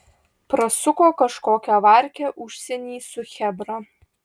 prasuko kažkokią varkę užsieny su chebra